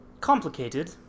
Complicated